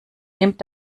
nimmt